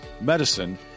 medicine